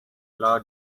law